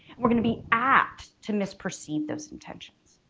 we're gonna be apt to misperceive those intentions.